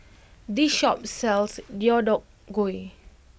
this shop sells Deodeok Gui